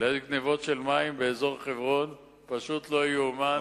אלא היו גנבות של מים באזור חברון, פשוט לא ייאמן,